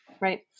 right